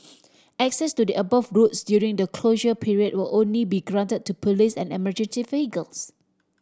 access to the above roads during the closure period will only be granted to police and emergency vehicles